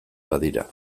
badira